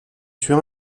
suit